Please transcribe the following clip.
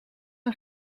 een